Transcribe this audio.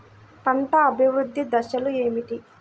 పంట అభివృద్ధి దశలు ఏమిటి?